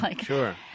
Sure